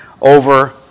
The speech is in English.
over